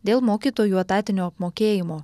dėl mokytojų etatinio apmokėjimo